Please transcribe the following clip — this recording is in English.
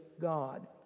God